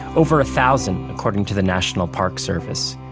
over a thousand according to the national park service.